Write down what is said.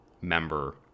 member